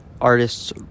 artists